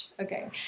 Okay